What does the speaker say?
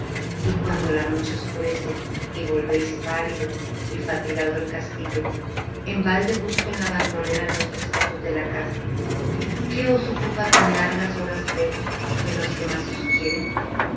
y cuando la noche oscurece y volvéis pálido y fatigado al castillo en balde busco en la bandolera los despojos de la caza qué os ocupa tan largas horas lejos de los que más os quieren